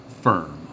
firm